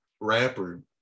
rapper